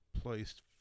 placed